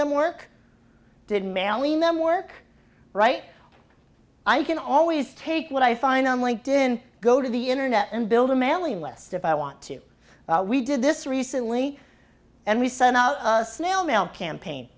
them work did mailing them work right i can always take what i find on linked in go to the internet and build a mailing list if i want to we did this recently and we sent out a snail mail campaign